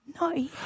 No